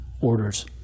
orders